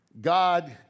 God